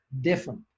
different